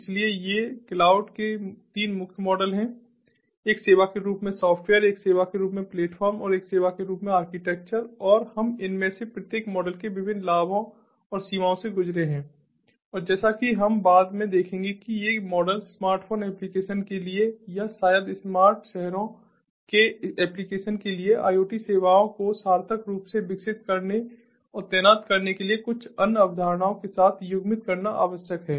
इसलिए ये क्लाउड के 3 मुख्य मॉडल हैं एक सेवा के रूप में सॉफ्टवेयर एक सेवा के रूप में प्लेटफ़ॉर्म और एक सेवा के रूप में आर्किटेक्चर और हम इनमें से प्रत्येक मॉडल के विभिन्न लाभों और सीमाओं से गुजरे हैं और जैसा कि हम बाद में देखेंगे कि ये मॉडल स्मार्टफ़ोन एप्लीकेशन के लिए या शायद स्मार्ट शहरों के एप्लीकेशन के लिए IoT सेवाओं को सार्थक रूप से विकसित करने और तैनात करने के लिए कुछ अन्य अवधारणाओं के साथ युग्मित करना आवश्यक है